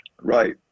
Right